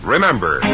Remember